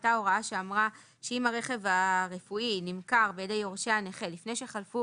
הייתה הוראה שאמרה שאם הרכב הרפואי נמכר בידי יורשי הנכה לפני שחלפו